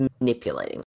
manipulating